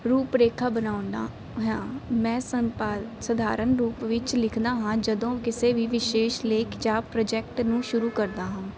ਰੂਪ ਰੇਖਾ ਬਣਾਉਣਾ ਹਾਂ ਮੈਂ ਸੰਪਾਦ ਸਧਾਰਨ ਰੂਪ ਵਿੱਚ ਲਿਖਦਾ ਹਾਂ ਜਦੋਂ ਕਿਸੇ ਵੀ ਵਿਸ਼ੇਸ਼ ਲੇਖ ਜਾਂ ਪ੍ਰੋਜੈਕਟ ਨੂੰ ਸ਼ੁਰੂ ਕਰਦਾ ਹਾਂ